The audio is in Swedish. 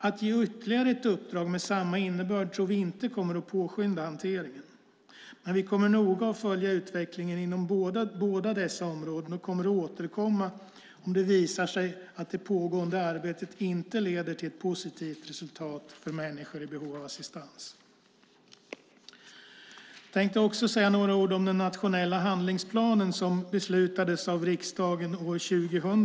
Att ge ytterligare ett uppdrag med samma innebörd tror vi inte kommer att påskynda hanteringen, men vi kommer noga att följa utvecklingen inom båda dessa områden och återkomma om det visar sig att det pågående arbetet inte leder till ett positivt resultat för människor i behov av assistans. Jag tänkte också säga några ord om den nationella handlingsplanen, som beslutades av riksdagen år 2000.